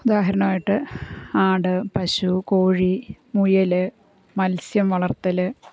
ഉദാഹരണമായിട്ട് ആട് പശു കോഴി മുയൽ മത്സ്യം വളർത്തൽ